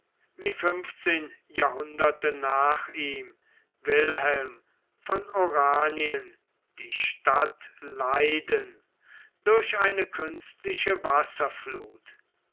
wie fünfzehn jahrhunderte nach ihm wilhelm von oranien die stadt leyden durch eine künstliche wasserfluth